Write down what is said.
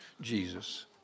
Jesus